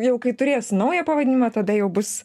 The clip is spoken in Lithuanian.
jau kai turės naują pavadinimą tada jau bus